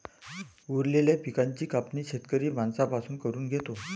उरलेल्या पिकाची कापणी शेतकरी माणसां पासून करून घेतो